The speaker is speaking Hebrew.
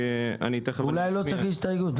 אולי לא צריך הסתייגות?